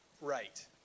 right